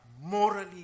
morally